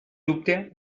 dubte